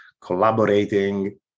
collaborating